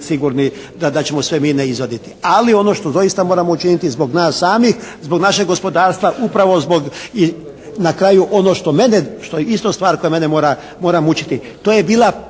sigurni da ćemo sve mine izvaditi. Ali ono što doista moramo učiniti zbog nas samih, zbog našeg gospodarstva upravo zbog i na kraju ono što mene, što je isto stvar koja mene mora mučiti to je bila,